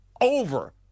over